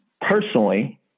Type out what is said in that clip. personally